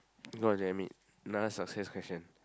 god damn it another success question